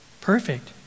Perfect